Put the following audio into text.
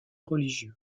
religieux